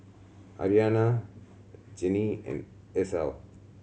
Aryanna Jeanine and Esau